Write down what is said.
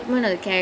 mm